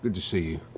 to see